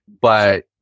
But-